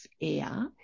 air